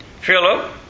Philip